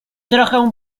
trochę